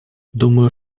думаю